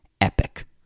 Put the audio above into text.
epic